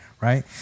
Right